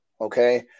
Okay